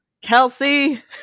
Kelsey